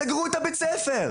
סגרו את בית הספר,